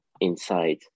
inside